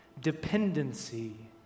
dependency